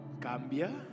Cambia